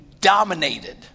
dominated